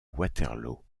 waterloo